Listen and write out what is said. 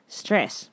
stress